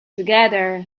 together